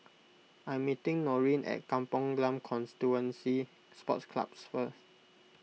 I'm meeting Norene at Kampong Glam Constituency Sports Club first